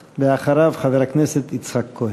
ואחריו, חבר הכנסת יצחק כהן.